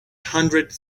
hundred